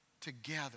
together